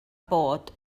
bod